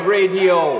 Radio